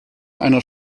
einer